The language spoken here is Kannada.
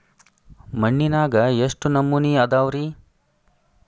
ಮಣ್ಣಿನಾಗ ಎಷ್ಟು ನಮೂನೆ ಅದಾವ ರಿ?